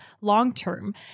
long-term